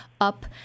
up